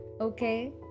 okay